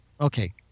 Okay